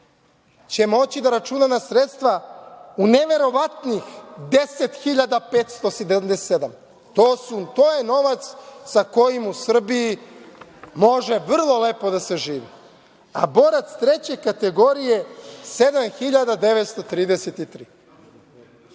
će moći da računa na sredstva u neverovatnih 10.577 dinara, to je novac sa kojim u Srbiji može lepo da se živi; borac treće kategorije 7.933